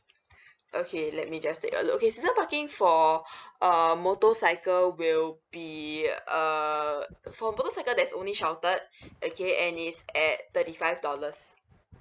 okay let me just take a look okay season parking for um motorcycle will be err for motorcycle there's only sheltered okay and it's at thirty five dollars